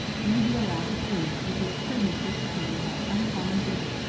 may be allowed to prove, that his prudence was supported by uncommon vigor,